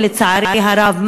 לצערי הרב,